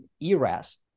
eras